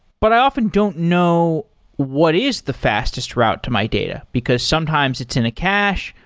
but i often don't know what is the fastest route to my data, because sometimes it's in a cache.